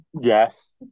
Yes